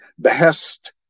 behest